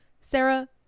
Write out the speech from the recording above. Sarah